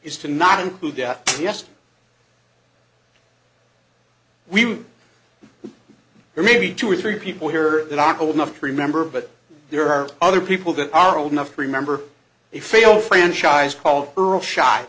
is to not include death yes we are maybe two or three people here are not old enough to remember but there are other people that are old enough to remember a failed franchise called earl sho